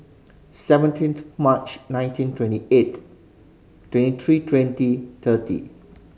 seventeenth March nineteen twenty eight twenty three twenty thirty